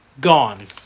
Gone